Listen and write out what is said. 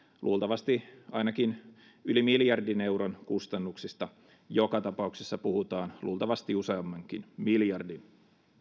luultavasti ainakin yli miljardin euron kustannuksista joka tapauksessa puhutaan luultavasti useammankin miljardin